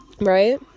right